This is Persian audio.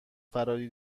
فراری